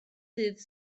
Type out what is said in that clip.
ddydd